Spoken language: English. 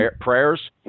prayers